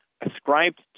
ascribed